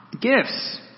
gifts